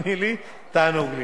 תאמיני לי, תענוג לי.